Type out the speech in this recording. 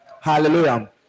hallelujah